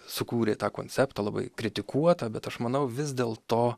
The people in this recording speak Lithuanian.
sukūrė tą konceptą labai kritikuotą bet aš manau vis dėlto